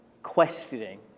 questioning